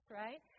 right